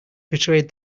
betrayed